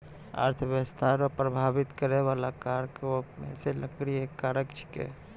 अर्थव्यस्था रो प्रभाबित करै बाला कारको मे से लकड़ी एक कारक छिकै